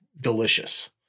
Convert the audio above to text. delicious